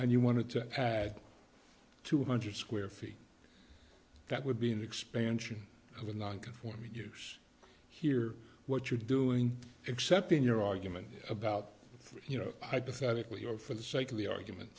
and you wanted to pad two hundred square feet that would be an expansion of a non conforming use here what you're doing except in your argument about you know i pathetically or for the sake of the argument